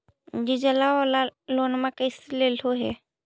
डीजलवा वाला लोनवा कैसे लेलहो हे?